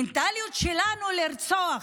המנטליות שלנו לרצוח,